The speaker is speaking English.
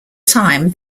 time